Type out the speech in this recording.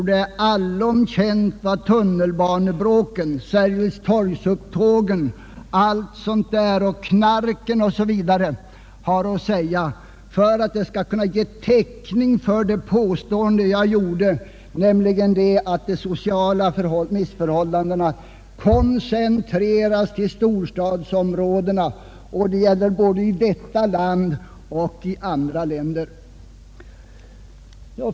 Det är allom känt vad tunnelbanebråken, Sergels torg-upptågen, knarktrafiken osv. innebär, och detta är tillräckligt för att ,ge täckning åt mitt påstående, nämligen att de sociala missförhållandena koncentreras till storstadsområdena. Det gäller både i vårt land och i andra länder.